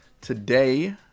today